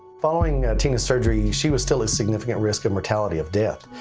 following tina's surgery, she was still at significant risk and of death.